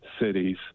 cities